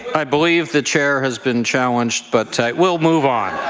i believe the chair has been challenged, but we'll move on.